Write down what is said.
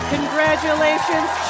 Congratulations